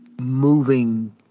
moving